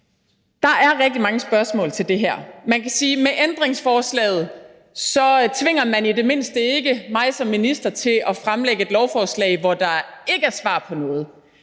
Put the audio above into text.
Der er rigtig mange spørgsmål til det her. Man kan sige, at med ændringsforslaget tvinger man i det mindste ikke mig som minister til at fremsætte et lovforslag, hvor der ikke er svar på noget.